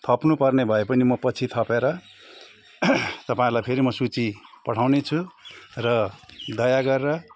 थप्नु पर्ने भए पनि म पछि थपेर तपाईँहरूलाई फेरि म सूची पठाउने छु र दया गरेर